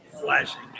flashing